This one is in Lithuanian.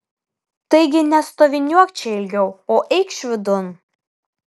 taigi nestoviniuok čia ilgiau o eikš vidun